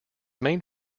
main